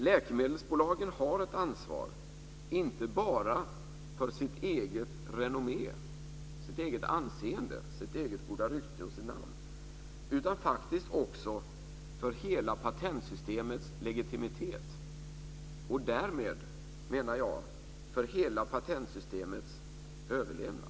Läkemedelsbolagen har ett ansvar, inte bara för sitt eget renommé, sitt eget anseende, sitt eget goda rykte och för sitt namn utan faktiskt också för hela patentsystemets legitimitet och därmed, menar jag, för hela patentsystemets överlevnad.